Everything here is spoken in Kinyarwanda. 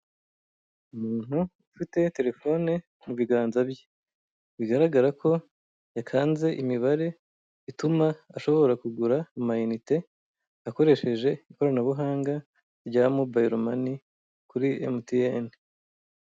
Umuntu ufite telephone mu biganza bye, bigaragara ko yakanze imibare ituma ashobora kugura ama inite akoresheje ikoranabuhanga rya mobile money kuri MTN.